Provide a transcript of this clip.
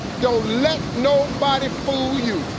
don't let nobody fool you.